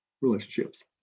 relationships